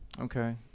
Okay